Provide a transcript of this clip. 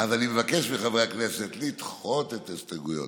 אז אני מבקש מחברי הכנסת לדחות את ההסתייגויות,